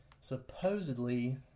supposedly